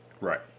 Right